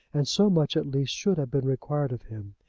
and so much, at least, should have been required of him.